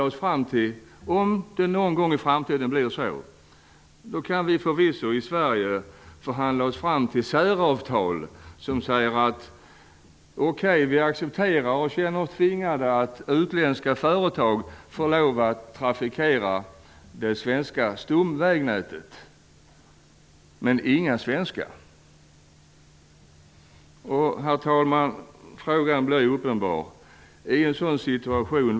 Om det någon gång i framtiden blir så kan vi i Sverige förvisso förhandla oss fram till säravtal som säger att vi känner oss tvingade att acceptera att utländska företag trafikerar det svenska stomjärnvägsnätet men att inga svenska företag får göra det. Herr talman!